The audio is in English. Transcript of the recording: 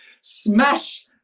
smash